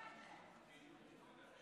אזרחות לצאצא